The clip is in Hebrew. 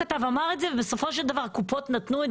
קטי שטרית ואנוכי זאת באמת דוגמה נהדרת